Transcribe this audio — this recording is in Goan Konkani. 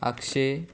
आगशे